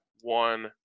one